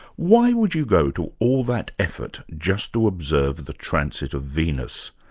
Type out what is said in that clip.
why would you go to all that effort just to observe the transit of venus?